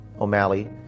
O'Malley